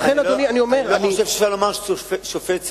אני לא חושב שאפשר לומר ששופט סיבך.